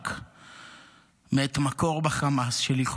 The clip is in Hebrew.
א-שרק מאת מקור בחמאס רשימה של 34 חטופים